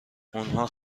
اونها